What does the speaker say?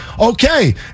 okay